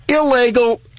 illegal